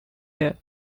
year